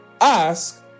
ask